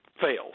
fails